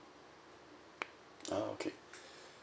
ah okay